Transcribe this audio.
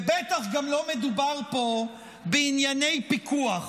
ובטח גם לא מדובר פה בענייני פיקוח,